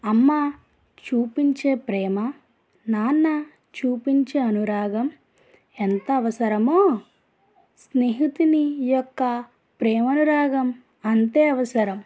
అమ్మ చూపించే ప్రేమ నాన్న చూపించే అనురాగం ఎంత అవసరమో స్నేహితుని యొక్క ప్రేమానురాగం అంతే అవసరం